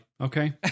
Okay